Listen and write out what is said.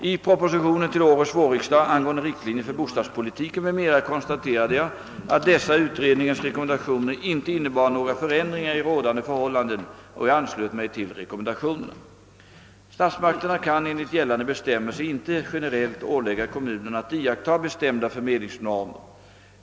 I propositionen till årets vårriksdag angående riktlinjer för bostadspolitiken m.m. konstaterade jag att dessa utredningens rekommendationer inte innebar några förändringar i rådande förhållanden, och jag anslöt mig till rekommendationerna. Statsmakterna kan enligt gällande bestämmelser inte generellt ålägga kommunerna att iaktta bestämda förmedlingsnormer.